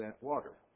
water